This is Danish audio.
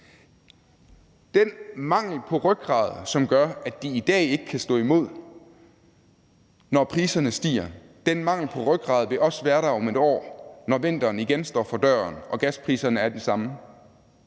Den mangel på rygrad, som gør, at de i dag ikke kan stå imod, når priserne stiger, vil også være der om et år, når vinteren igen står for døren og gaspriserne er de samme,